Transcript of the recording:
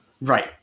Right